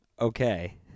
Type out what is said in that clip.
okay